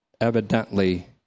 evidently